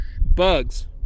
Bugs